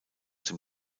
dem